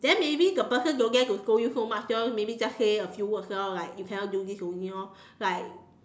then maybe the person don't dare to scold you so much lor just maybe just say a few words lor like you cannot do this only lor like